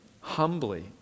humbly